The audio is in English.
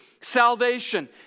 salvation